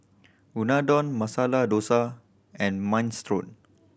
Unadon Masala Dosa and Minestrone